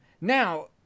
Now